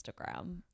instagram